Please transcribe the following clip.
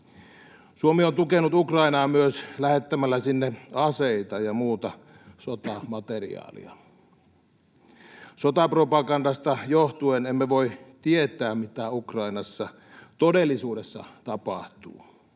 Suomi on tukenut Ukrainaa myös lähettämällä sinne aseita ja muuta sotamateriaalia. Sotapropagandasta johtuen emme voi tietää, mitä Ukrainassa todellisuudessa tapahtuu.